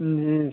جی